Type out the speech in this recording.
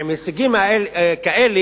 על הישגים כאלה,